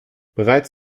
bereits